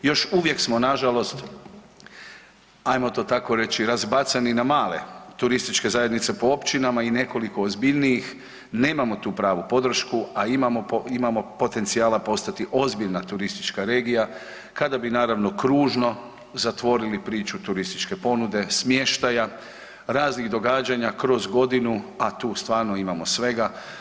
Još uvijek smo nažalost, ajmo to tako reći razbacani na male TZ po općinama i nekoliko ozbiljnijih, nemamo tu pravu podršku, a imamo potencijala postati ozbiljna turistička regija, kada bi naravno kružno zatvorili priču turističke ponude, smještaja, raznih događanja kroz godinu, a tu stvarno imamo svega.